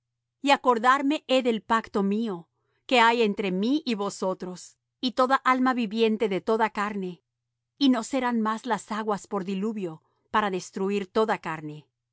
y acordarme he del pacto mío que hay entre mí y vosotros y toda alma viviente de toda carne y no serán más las aguas por diluvio para destruir toda carne